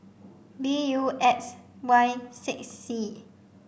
B U X Y six C